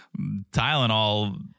Tylenol